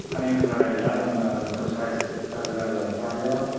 my name is arnett young. i'm the first vice president of the farm bureau.